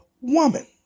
woman